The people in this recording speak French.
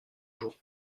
jours